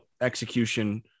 execution